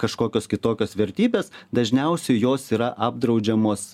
kažkokios kitokios vertybės dažniausiai jos yra apdraudžiamos